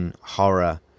horror